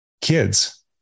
kids